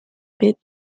bit